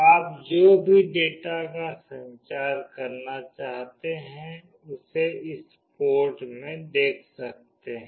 आप जो भी डेटा का संचार करना चाहते हैं उसे इस पोर्ट में देख सकते हैं